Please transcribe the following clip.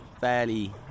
fairly